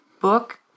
book